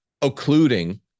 occluding